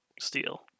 steal